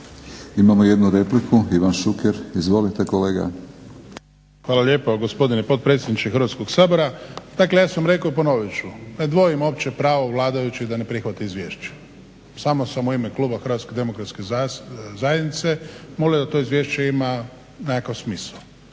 Imamo jednu repliku, Ivan Šuker. Izvolite kolega. **Šuker, Ivan (HDZ)** Hvala lijepa gospodine potpredsjedniče Hrvatskog sabora. Dakle, ja sam rekao i ponovit ću ne dvojim uopće u pravo vladajućih da ne prihvate izvješće. Samo sam u ime kluba HDZ-a molio da to izvješće ima nekakav smisao.